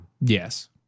Yes